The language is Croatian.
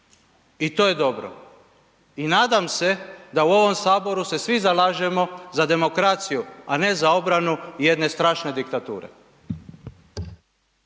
i to je dobro. I nadam se da u ovom HS se svi zalažemo za demokraciju, a ne za obranu jedne strašne diktature.